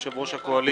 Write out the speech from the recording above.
יושב-ראש הקואליציה.